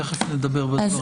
תכף נדבר בדברים.